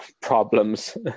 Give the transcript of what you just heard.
problems